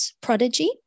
prodigy